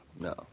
No